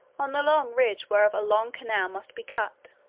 on the long ridge whereof a long canal must be cut,